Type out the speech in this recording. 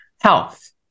health